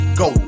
go